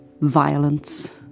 violence